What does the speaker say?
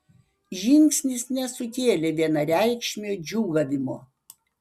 žingsnis nesukėlė vienareikšmio džiūgavimo